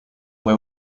fue